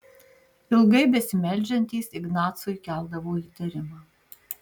ilgai besimeldžiantys ignacui keldavo įtarimą